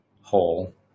hole